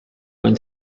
when